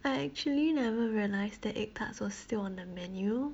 I actually never realised the egg tarts were still on the menu